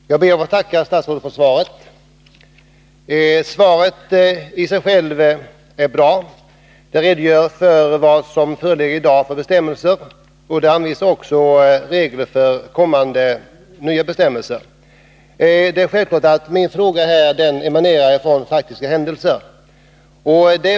Herr talman! Jag ber att få tacka statsrådet för svaret. Svaret sig självt är bra. Där redogörs för de bestämmelser som gäller i dag och för kommande bestämmelser. Självfallet grundar sig min fråga på faktiska händelser.